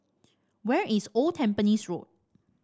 where is Old Tampines Road